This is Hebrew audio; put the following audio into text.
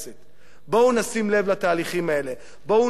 בואו נשים לב לתהליכים האלה, בואו נעצור אותם.